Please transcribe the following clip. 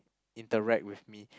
interact with me